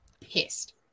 pissed